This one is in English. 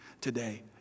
today